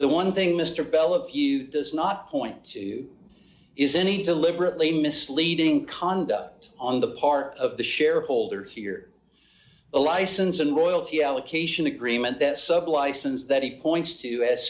the one thing mr bell of you does not point to is any deliberately misleading conduct on the part of the shareholder here a license and royalty allocation agreement that sublicense that he points to